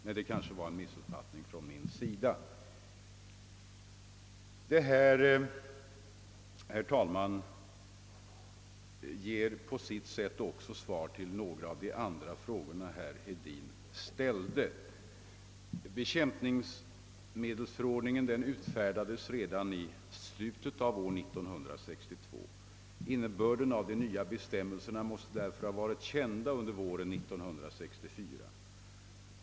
Men detta kanske är en missuppfattning från min sida. Bekämpningsmedelsförordningen utfärdades redan i slutet av år 1962. Innebörden av de nya bestämmelserna måste därför ha varit känd under våren 1964.